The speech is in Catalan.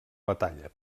batalla